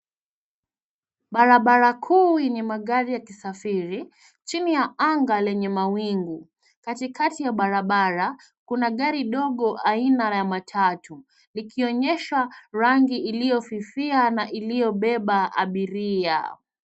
Barabara kuu yenye magari yakisafiri chini ya anga lenye mawingu. Katikati ya barabara kuna gari dogo aina ya matatu ikionyeshwa rangi iliyofifia na iliyobeba abiria.